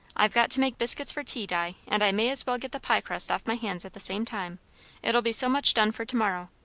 i've got to make biscuits for tea, di and i may as well get the pie-crust off my hands at the same time it'll be so much done for to-morrow.